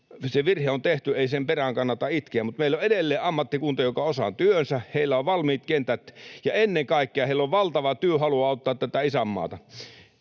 Se virhe on tehty, ei sen perään kannata itkeä, mutta meillä on edelleen ammattikunta, joka osaa työnsä, heillä on valmiit kentät, ja ennen kaikkea heillä on valtava työhalu auttaa tätä isänmaata.